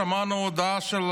שמענו הודעה של